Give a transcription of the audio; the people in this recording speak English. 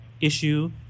issue